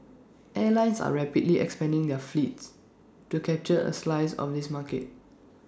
airlines are rapidly expanding their fleets to capture A slice of this market